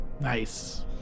nice